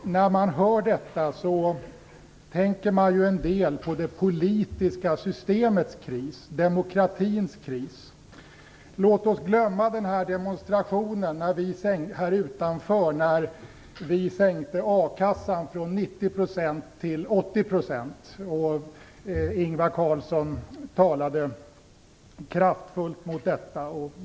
När jag säger det tänker jag en del på det politiska systemets kris, demokratins kris. Låt oss glömma demonstrationen här utanför när vi sänkte a-kassan från 90 % till 80 % och Ingvar Carlsson talade kraftfullt mot det.